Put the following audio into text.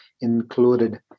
included